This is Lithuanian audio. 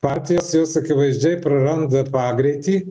partijos jos akivaizdžiai praranda pagreitį